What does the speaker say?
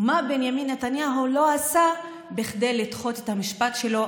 ומה בנימין נתניהו לא עשה כדי לדחות את המשפט שלו,